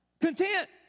Content